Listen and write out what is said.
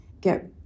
get